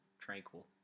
tranquil